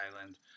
Island